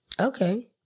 Okay